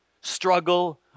struggle